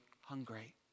hungry